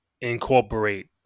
incorporate